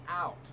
out